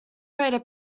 greater